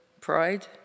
pride